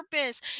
purpose